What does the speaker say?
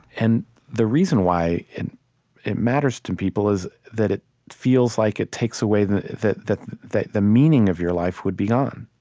and the reason why it it matters to people is that it feels like it takes away that the the the meaning of your life would be gone,